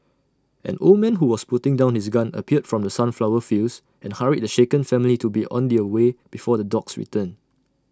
an old man who was putting down his gun appeared from the sunflower fields and hurried the shaken family to be on their way before the dogs return